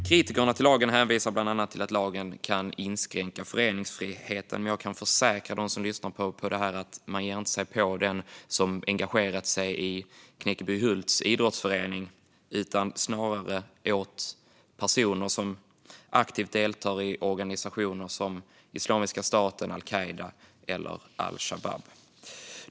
Kritikerna till lagen hänvisar bland annat till att den kan inskränka föreningsfriheten. Men jag kan försäkra dem som lyssnar om att man inte ska ge sig på den som engagerat sig i Knäckebyhults idrottsförening utan snarare personer som aktivt deltar i organisationer som Islamiska staten, al-Qaida eller al-Shabab.